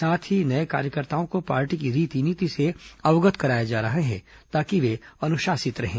साथ ही नये कार्यकर्ताओं को पार्टी की रीति नीति से अवगत कराया जा रहा है ताकि वे अनुशासित रहें